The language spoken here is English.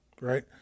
right